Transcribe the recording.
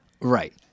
Right